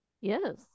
yes